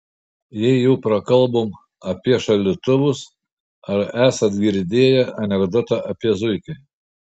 jei jau prakalbom apie šaldytuvus ar esat girdėję anekdotą apie zuikį